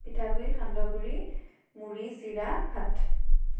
পিঠাগুড়ি সান্দহগুৰি মুড়ি চিৰা ভাত